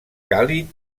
càlid